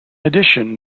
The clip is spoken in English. addition